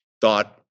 thought